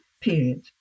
period